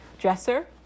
dresser